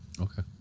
Okay